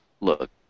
look